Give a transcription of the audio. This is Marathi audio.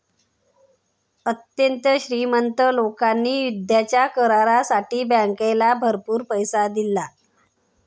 अत्यंत श्रीमंत लोकांनी युद्धाच्या करारासाठी बँकेला भरपूर पैसा दिला